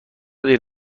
دیر